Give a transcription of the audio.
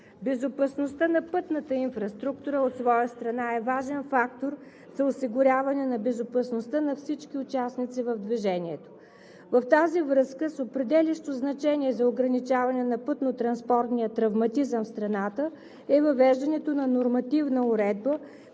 Безопасността на пътната инфраструктура от своя страна е важен фактор за осигуряването на безопасността на всички участници в движението. В тази връзка с определящо значение за ограничаване на пътнотранспортния травматизъм в страната е въвеждането на нормативна уредба,